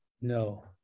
No